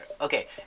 Okay